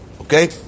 okay